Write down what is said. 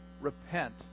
repent